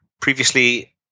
previously